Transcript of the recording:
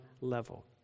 level